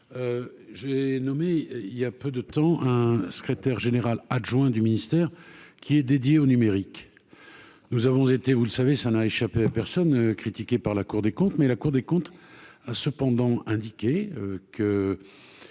j'ai nommé il y a peu de temps un secrétaire général adjoint du ministère qui est dédié au numérique, nous avons été, vous le savez, ça n'a échappé à personne, critiqué par la Cour des comptes, mais la Cour des comptes a cependant indiqué que